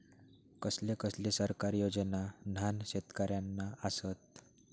कसले कसले सरकारी योजना न्हान शेतकऱ्यांना आसत?